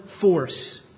force